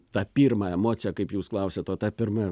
tą pirmą emociją kaip jūs klausiat o ta pirma